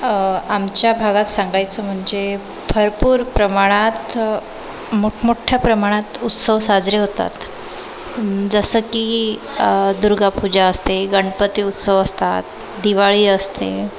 आमच्या भागात सांगायचं म्हणजे भरपूर प्रमाणात मोठमोठ्या प्रमाणात उत्सव साजरे होतात जसं की दुर्गा पूजा असते गणपती उत्सव असतात दिवाळी असते